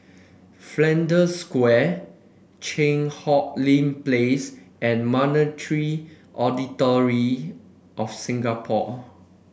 Flanders Square Cheang Hong Lim Place and Monetary Authority Of Singapore